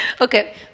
Okay